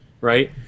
Right